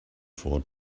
for